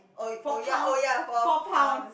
four pound four pounds